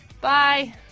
Bye